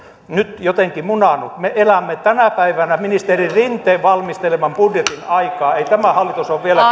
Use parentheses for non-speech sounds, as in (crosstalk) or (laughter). nyt jotenkin munannut me elämme tänä päivänä ministeri rinteen valmisteleman budjetin aikaa ei tämä hallitus ole vielä (unintelligible)